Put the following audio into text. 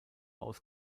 aus